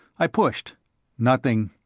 i pushed nothing.